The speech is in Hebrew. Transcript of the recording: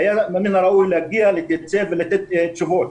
היה מן הראוי להגיע, להתייצב ולתת תשובות.